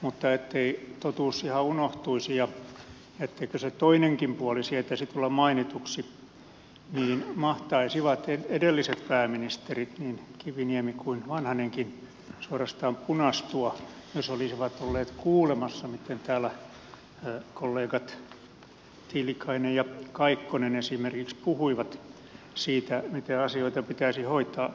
mutta ettei totuus ihan unohtuisi ja etteikö se toinenkin puoli sietäisi tulla mainituksi niin mahtaisivat edelliset pääministerit niin kiviniemi kuin vanhanenkin suorastaan punastua jos olisivat olleet kuulemassa miten täällä kollegat tiilikainen ja kaikkonen esimerkiksi puhuivat siitä miten asioita pitäisi hoitaa